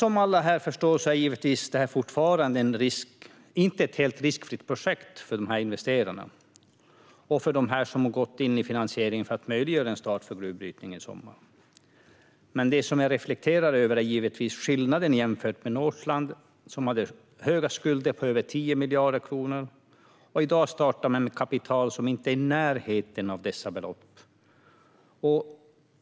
Som alla här förstår är det givetvis fortfarande inte ett helt riskfritt projekt för dessa investerare och för dem som har gått in med finansiering för att möjliggöra en start för gruvbrytning i sommar. Men det som jag reflekterar över är skillnaderna jämfört med Northland, som hade skulder på över 10 miljarder. Och i dag startar man med kapital som inte är i närheten av dessa belopp.